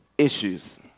issues